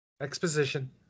Exposition